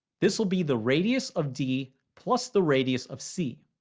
this will be the radius of d plus the radius of c.